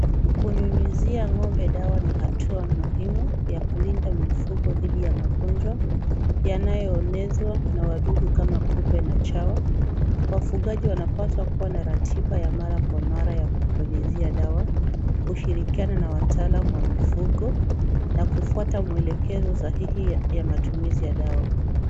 Kunyunyuzia ng'ombe dawa ni hatua muhimu ya kulinda mifugo dhidi ya magonjwa yanayoenezwa na wadudu kama kupe na chawa. Wafugaji wanapaswa kuwa na ratiba ya mara kwa mara kupulizia dawa, kushirikiana na wataalamu wa mifugo na kufuata mwelekeo sahihi ya matumizi ya dawa.